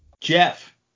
Jeff